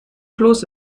kloß